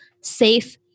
Safe